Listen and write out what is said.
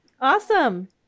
Awesome